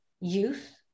youth